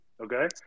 okay